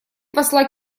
посла